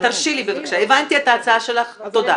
תרשי לי, בבקשה, הבנתי את ההצעה שלך, תודה.